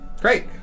Great